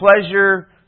pleasure